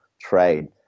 trade